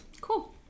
Cool